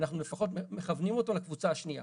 אנחנו לפחות מכוונים אותו לקבוצה השנייה.